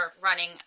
running